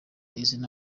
izina